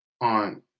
on